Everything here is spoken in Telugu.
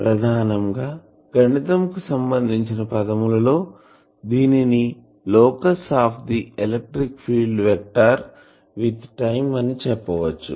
ప్రధానం గా గణితం కు సంబంధించిన పదము లలో దీనిని locus of the electric field vector with time అని చెప్పవచ్చు